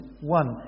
One